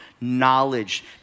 knowledge